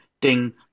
ding